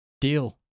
Deal